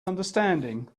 understanding